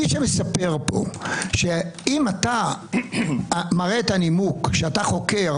מי שמספר פה שאם אתה מראה את הנימוק שאם אתה חוקר,